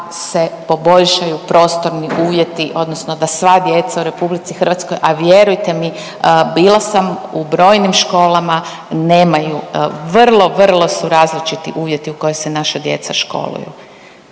se poboljšaju prostorni uvjeti odnosno da sva djeca u RH, a vjerujte mi bila sam u brojnim školama nemaju, vrlo, vrlo su različiti uvjeti u kojim se naša djeca školuju.